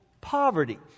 poverty